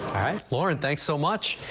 lauren thanks. so much.